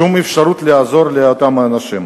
שום אפשרות לעזור לאותם אנשים.